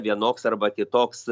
vienoks arba kitoks